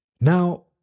Now